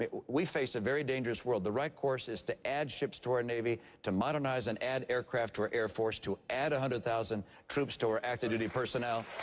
ah we face a very dangerous world. the right course is to add ships to our navy, to modernize and add aircraft to our air force, to add one hundred thousand troops to our active-duty personnel,